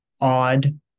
odd